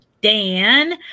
Dan